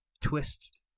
twist